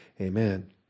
amen